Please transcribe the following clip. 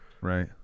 right